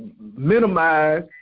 minimize